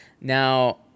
Now